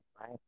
right